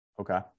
Okay